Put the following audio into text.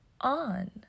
on